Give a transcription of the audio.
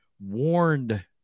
warned